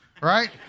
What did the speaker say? right